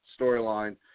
storyline